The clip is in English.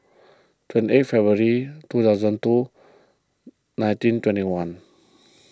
twenty eight February two thousand and two nineteen twenty one